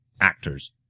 actors